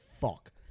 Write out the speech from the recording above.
fuck